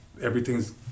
everything's